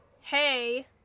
hey